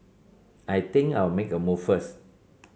I think I'll make a move first